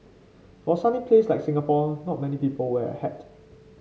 for a sunny place like Singapore not many people wear a hat